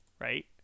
right